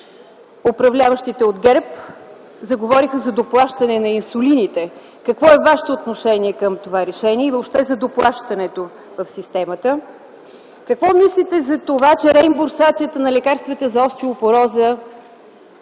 управляващите от ГЕРБ заговориха за доплащане на инсулините. Какво е Вашето отношение към това решение и въобще за доплащането в системата? Какво мислите за това, че реимбурсацията на лекарствата за остеопороза